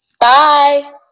Bye